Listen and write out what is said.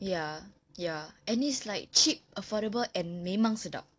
ya ya and it's like cheap affordable and memang sedap